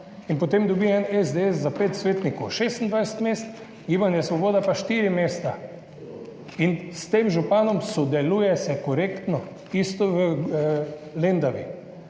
in potem dobi en SDS za pet svetnikov 26 mest, Gibanje Svoboda pa štiri mesta. S tem županom se sodeluje korektno? Tudi v Lendavi